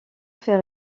fait